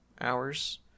hours